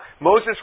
Moses